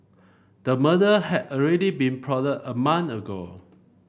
the murder had already been plotted a month ago